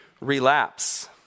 relapse